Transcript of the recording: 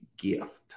gift